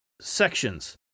sections